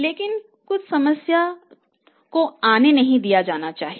लेकिन उस समस्या को आने नहीं दिया जाना चाहिए